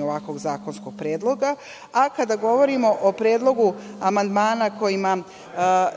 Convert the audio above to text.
ovakvog zakonskog predloga. Kada govorimo o predlogu amandmana, kojima